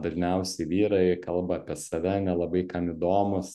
dažniausiai vyrai kalba apie save nelabai kam įdomūs